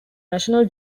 national